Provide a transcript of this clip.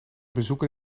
bezoeken